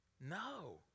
No